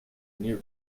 near